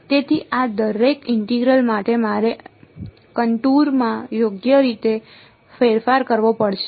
તેથી આ દરેક ઇન્ટિગ્રલ માટે મારે કનટુર માં યોગ્ય રીતે ફેરફાર કરવો પડશે